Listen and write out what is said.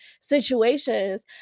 situations